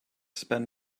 spend